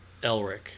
Elric